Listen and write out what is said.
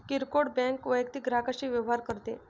किरकोळ बँक वैयक्तिक ग्राहकांशी व्यवहार करते